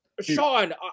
Sean